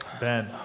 Ben